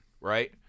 right